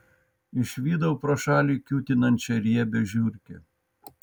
išvydau pro šalį kiūtinančią riebią žiurkę